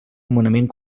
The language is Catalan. nomenament